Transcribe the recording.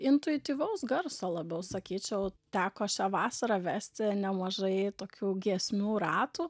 intuityvaus garso labiau sakyčiau teko šią vasarą vesti nemažai tokių giesmių ratų